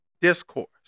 discourse